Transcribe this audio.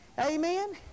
amen